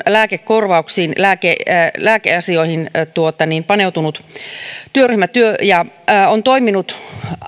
lääkekorvauksiin ja lääkeasioihin paneutunut työryhmätyö ja joka on toiminut